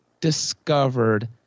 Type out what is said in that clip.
discovered